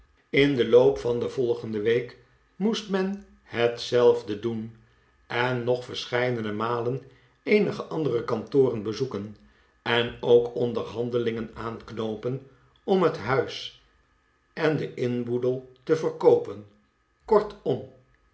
in den loop van de volgende week moest men hetzelfde doen en nog verscheidene malen eenige andere kantoren bezoeken en ook onderhandelingen aanknoopen om het huis en den inboedel te verkoopen kortom